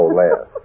less